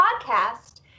podcast